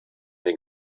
den